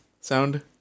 sound